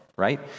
right